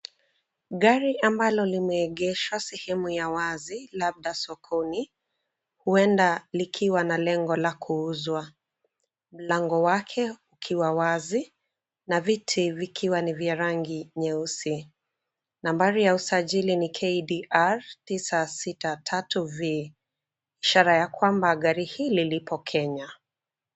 Gari ambalo limeegeshwa sehemu ya wazi labda sokoni huenda likiwa na lengo la kuuzwa. Mlango wake ukiwa wazi na viti vikiwa ni vya rangi nyeusi. Nambari ya usajili ni KDR 963V, ishara ya kwamba gari hili lipo Kenya.